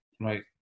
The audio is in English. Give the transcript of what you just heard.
right